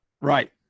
Right